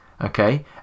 Okay